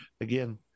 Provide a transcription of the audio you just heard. Again